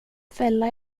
fälla